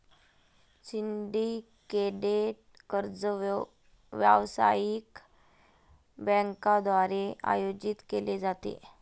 syndicated कर्ज व्यावसायिक बँकांद्वारे आयोजित केले जाते